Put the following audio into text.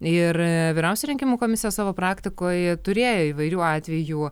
ir vyriausioji rinkimų komisija savo praktikoje turėjo įvairių atvejų